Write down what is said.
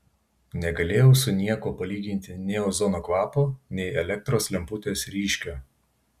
negalėjau su niekuo palyginti nei ozono kvapo nei elektros lemputės ryškio